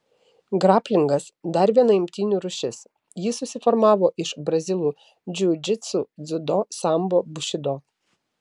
graplingas dar viena imtynių rūšis ji susiformavo iš brazilų džiudžitsu dziudo sambo bušido